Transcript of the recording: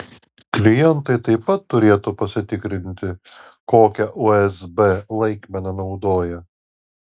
klientai taip pat turėtų pasitikrinti kokią usb laikmeną naudoja